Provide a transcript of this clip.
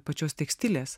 pačios tekstilės